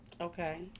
Okay